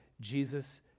Jesus